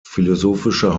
philosophischer